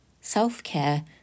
self-care